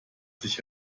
sich